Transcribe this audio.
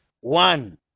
one